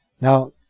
Now